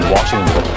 Washington